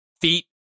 feet